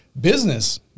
business